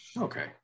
Okay